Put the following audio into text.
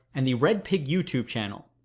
and the redpig youtube channel.